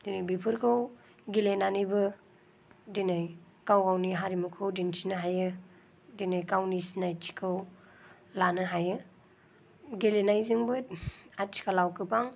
दिनै बेफोरखौ गेलेनानैबो दिनै गाग गावनि हारिमुखौ दिन्थिनो हायो दिनै गावनि सिनायथिखौ लानो हायो गेलेनायजोंबो आथिखालाव गोबां